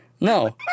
No